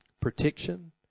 Protection